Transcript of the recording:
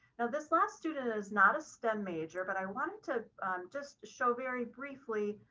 now this last student is not a stem major, but i wanted to just show very briefly,